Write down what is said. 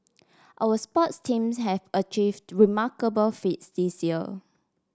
our sports teams have achieve remarkable feats this year